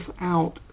out